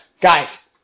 Guys